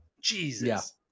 Jesus